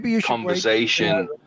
conversation